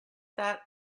that